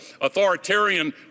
authoritarian